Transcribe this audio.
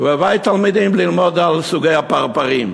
ו-y תלמידים ללמוד על סוגי הפרפרים.